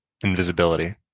Invisibility